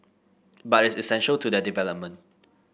but it's essential to their development